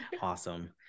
awesome